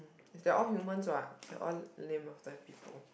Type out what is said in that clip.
if they are all humans what they are all named after people